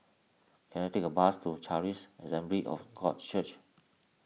can I take a bus to Charis Assembly of God Church